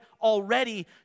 already